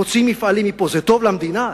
מוציאים מפעלים מפה, זה טוב למדינה?